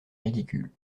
ridicule